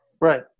Right